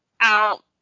Out